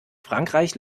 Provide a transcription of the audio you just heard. frankreich